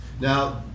Now